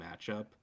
matchup